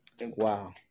Wow